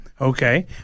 Okay